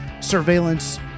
surveillance